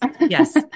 yes